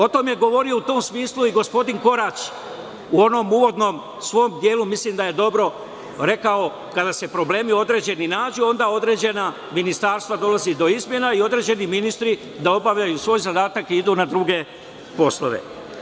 O tome je govorio u tom smislu i gospodin Korać u onom uvodnom svom delu, mislim da je dobro rekao kada se problemi određeni nađu, onda određena ministarstva dolazi do izmena, i određeni ministri da obavljaju svoj zadatak i idu na druge poslove.